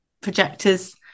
projectors